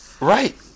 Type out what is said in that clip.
Right